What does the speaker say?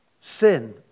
Sin